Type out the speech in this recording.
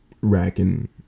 racking